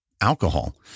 alcohol